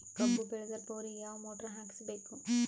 ಕಬ್ಬು ಬೇಳದರ್ ಬೋರಿಗ ಯಾವ ಮೋಟ್ರ ಹಾಕಿಸಬೇಕು?